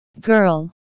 girl